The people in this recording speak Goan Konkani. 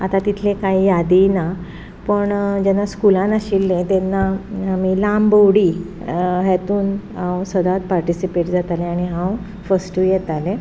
आतां तितलें कांय यादूय ना पूण जेन्ना स्कुलान आशिल्लीं तेन्ना आमी लांब उडी हेतून सदांच पार्टिसिपेट जाताली आनी हांव फस्टूय येतालें